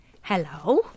Hello